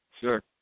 Sure